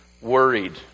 worried